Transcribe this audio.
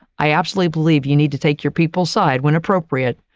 i absolutely believe you need to take your people side when appropriate.